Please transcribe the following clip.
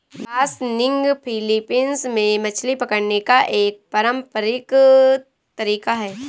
बासनिग Philippines में मछली पकड़ने का एक पारंपरिक तरीका है